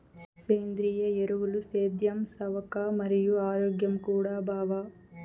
సేంద్రియ ఎరువులు సేద్యం సవక మరియు ఆరోగ్యం కూడా బావ